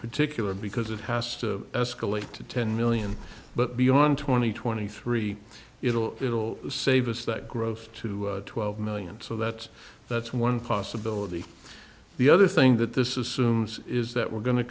particular because it has to escalate to ten million but beyond twenty twenty three it'll it'll save us that growth to twelve million so that's that's one possibility the other thing that this is is that we're go